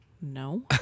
No